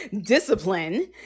discipline